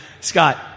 scott